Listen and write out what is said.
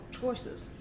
choices